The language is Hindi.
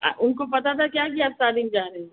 आ उनको पता था क्या कि आप शादी में जा रही है